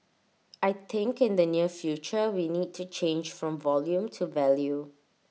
I think in the near future we need to change from volume to value